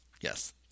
Yes